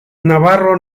navarro